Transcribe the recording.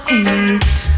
eat